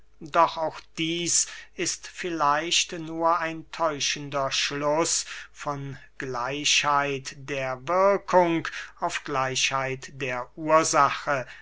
doch auch dieß ist vielleicht nur ein täuschender schluß von gleichheit der wirkung auf gleichheit der ursache